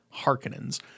Harkonnens